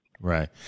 Right